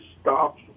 stop